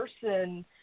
person